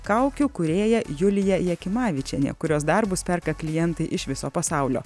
kaukių kūrėja julija jakimavičienė kurios darbus perka klientai iš viso pasaulio